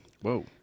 Whoa